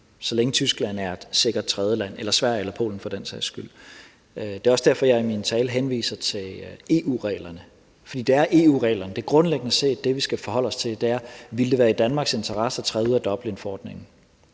så længe Tyskland – eller Sverige eller Polen for den sags skyld – er et sikkert tredjeland. Det er også derfor, at jeg i min tale henviser til EU-reglerne, for det er EU-reglerne, vi grundlæggende set skal forholde os til, og det er, om det ville være i Danmarks interesse at træde ud af Dublinforordningen.